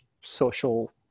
social